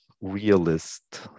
realist